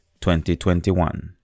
2021